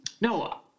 No